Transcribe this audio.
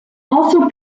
also